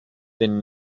than